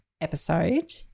episode